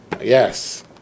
Yes